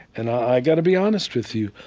and i've got to be honest with you,